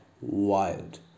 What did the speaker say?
wild